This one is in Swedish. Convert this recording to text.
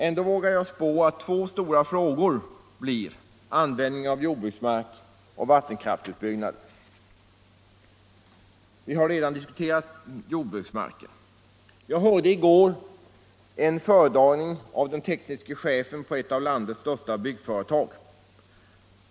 Ändå vågar jag spå att de två stora frågorna blir användningen av jordbruksmark och vattenkraftutbyggnaden. Vi har redan diskuterat jordbruksmarken. I går lyssnade jag till en föredragning av den tekniska chefen för ett av landets största byggnadsföretag.